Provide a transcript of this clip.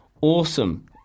awesome